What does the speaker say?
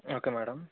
okay madam